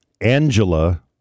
Angela